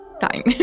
time